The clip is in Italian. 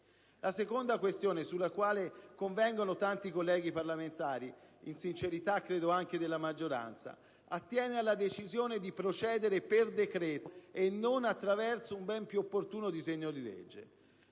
La seconda questione sulla quale convengono tanti colleghi parlamentari (in sincerità credo anche della maggioranza) attiene alla decisione di procedere per decreto e non attraverso un ben più opportuno disegno di legge.